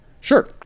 sure